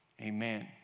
Amen